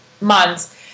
months